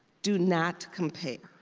do not compare.